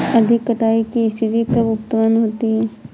अधिक कटाई की स्थिति कब उतपन्न होती है?